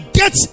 get